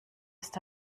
ist